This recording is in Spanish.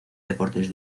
deportes